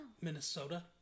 Minnesota